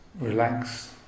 relax